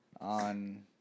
on